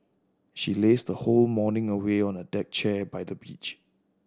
she lazed her whole morning away on a deck chair by the beach